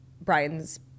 Brian's